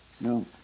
No